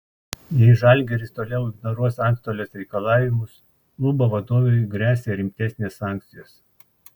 jei žalgiris toliau ignoruos antstolės reikalavimus klubo vadovui gresia rimtesnės sankcijos